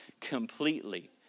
completely